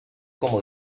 como